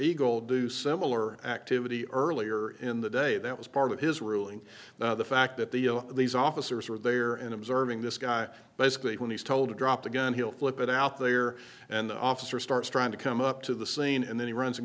eagle do similar activity earlier in the day that was part of his ruling the fact that the you know these officers are they are in observing this guy basically when he's told to drop the gun he'll flip it out there and the officer starts trying to come up to the scene and then he runs and